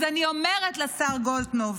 אז אני אומרת לשר גולדקנופ: